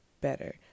better